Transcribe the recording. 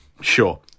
Sure